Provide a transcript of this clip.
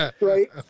Right